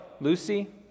Lucy